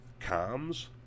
comms